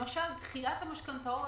למשל דחיית המשכנתאות